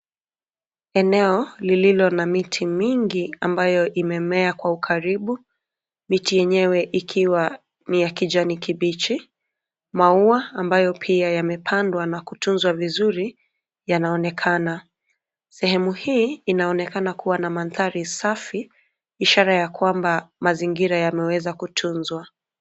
Eneo lililo na miti mingi ambayo imemea kwa ukaribu. Miti yenyewe ikiwa ni ya kijani kibichi. Maua ambayo pia yamepandwa na kutunzwa vizuri yanaonekana. Sehemu hii inaonekana kuwa na mandhari safi ishara ya kwamba mazingira yameweza kutunzwa.